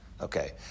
Okay